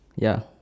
ya